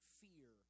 fear